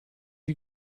you